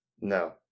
no